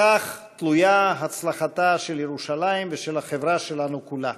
בכך תלויה הצלחתה של ירושלים ושל החברה שלנו כולה: